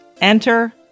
Enter